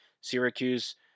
Syracuse